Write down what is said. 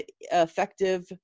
effective